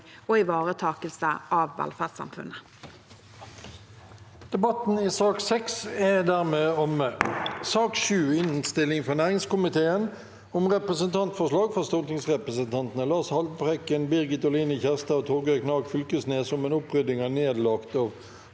og ivaretakelse av velferdssamfunnet.